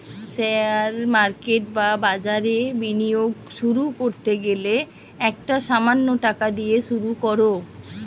share market বা বাজারে বিনিয়োগ শুরু করতে গেলে একটা সামান্য টাকা দিয়ে শুরু করো